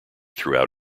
throughout